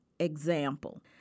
example